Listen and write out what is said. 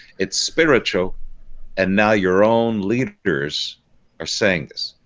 it's spiritual and now your own leaders are saying this,